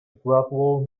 gradual